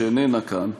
שאיננה כאן,